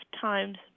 times